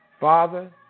Father